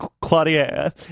Claudia